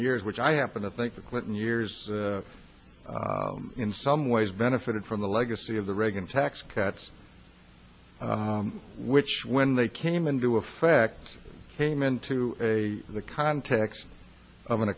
years which i happen to think the clinton years in some ways benefited from the legacy of the reagan tax cuts which when they came into effect came into a the context of an